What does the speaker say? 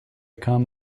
come